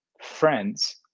friends